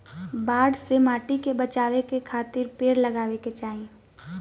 बाढ़ से माटी के बचावे खातिर पेड़ लगावे के चाही